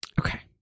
Okay